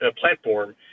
platform